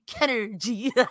energy